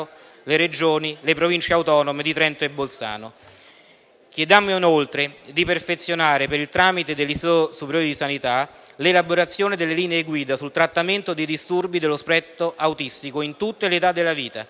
le Regioni e le Province autonome di Trento e Bolzano. Chiediamo inoltre di perfezionare, per il tramite dell'Istituto superiore di sanità, l'elaborazione delle linee guida sul trattamento dei disturbi dello spettro autistico in tutte le età della vita,